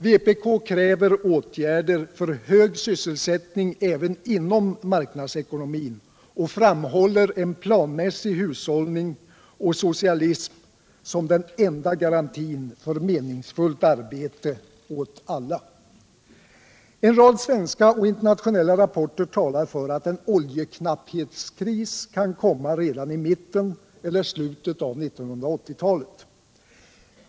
Vpk kräver åtgärder för hög sysselsättning även inom marknadsekonomin och framhåller en planmässig hushållning och socialism som den enda garantin för meningsfullt arbete åt alla. En rad svenska och internationella rapporter talar för att en oljeknapphets kris kan komma redan i mitten eller slutet av 1980-talet.